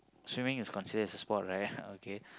swimming is considered as a sport right okay